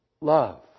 love